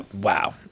wow